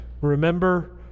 Remember